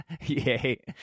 Yay